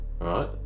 Right